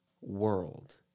world